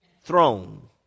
throne